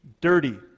dirty